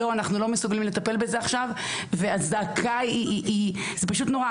לא אנחנו לא מסוגלים לטפל בזה עכשיו והזעקה היא זה פשוט נורא,